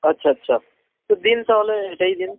আচ্ছা আচ্ছা তো দিন তাহলে এটাই দিন